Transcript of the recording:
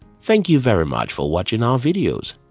thank you very much for watching our videos.